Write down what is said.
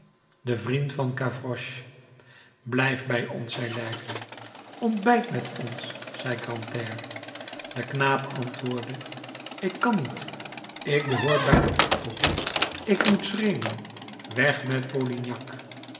de vriend van gavroche blijf bij ons zei laigle ontbijt met ons zei grantaire de knaap antwoordde ik kan niet ik behoor bij den optocht ik moet schreeuwen weg met